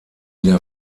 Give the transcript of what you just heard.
der